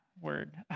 word